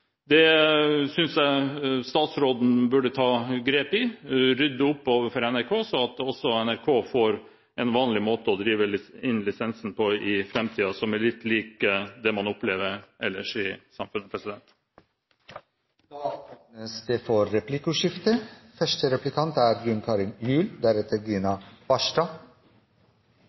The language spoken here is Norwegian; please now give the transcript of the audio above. Der synes jeg statsråden burde ta grep og rydde opp overfor NRK, sånn at NRK får en måte å drive inn lisensen på i framtiden, som er lik det man opplever ellers i samfunnet. Det blir replikkordskifte. Jeg vil gi representanten Korsberg rett i én av de tingene han sa i innlegget sitt i dag, og det er